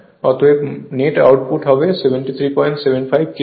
অতএব net output হবে 7375 kilowatt